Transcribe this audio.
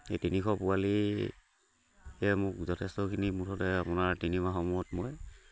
এই তিনিশ পোৱালি হে মোক যথেষ্টখিনি মুঠতে আপোনাৰ তিনিমাহৰ মূৰত মই